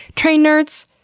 train nerds,